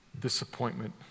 disappointment